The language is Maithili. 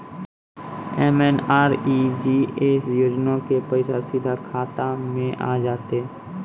एम.एन.आर.ई.जी.ए योजना के पैसा सीधा खाता मे आ जाते?